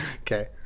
Okay